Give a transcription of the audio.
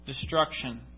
destruction